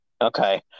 Okay